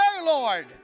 Lord